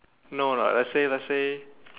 no uh let's say let's say